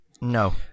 No